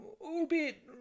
albeit